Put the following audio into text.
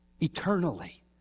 eternally